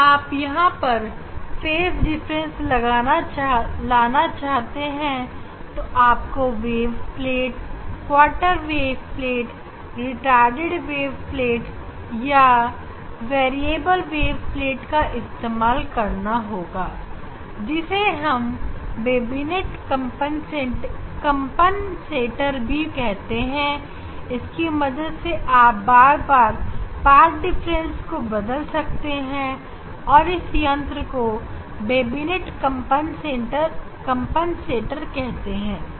फिर आप यहां पर फेज डिफरेंस लाना चाहते हैं तो आपको wave plate quarter wave plate retarded wave plate या वेरिएबल वेव प्लेट का इस्तेमाल करना होगा जिसे हम बेबीनेट कंपनसेटर भी कहते हैं इसकी मदद से आप बार बार पाथ डिफरेंस को बदल सकते हैं और इस यंत्र को बेबिनेट कंपनसेटर कहते हैं